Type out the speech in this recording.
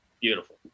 beautiful